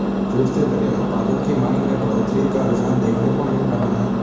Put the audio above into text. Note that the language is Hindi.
जूट से बने उत्पादों की मांग में बढ़ोत्तरी का रुझान देखने को मिल रहा है